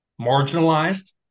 marginalized